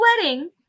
wedding